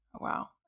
Wow